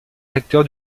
recteur